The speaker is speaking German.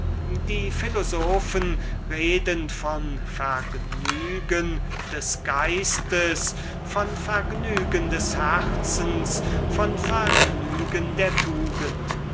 die philosophen reden von vergnügen des geistes von vergnügen des herzens von vergnügen der tugend